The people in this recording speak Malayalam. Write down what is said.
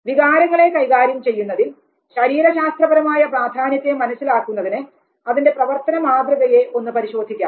വികാരങ്ങളെ കൈകാര്യം ചെയ്യുന്നതിൽ ശരീരശാസ്ത്രപരമായ പ്രാധാന്യത്തെ മനസ്സിലാക്കുന്നതിന് അതിൻറെ പ്രവർത്തന മാതൃകയെ ഒന്ന് പരിശോധിക്കാം